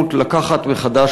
הנכונות לקחת מחדש,